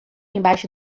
embaixo